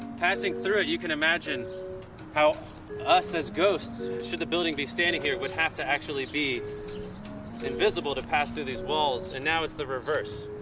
passing through it, you can imagine how us, as ghosts, should the building be standing here, would have to actually be invisible to pass through these walls and now it's the reverse.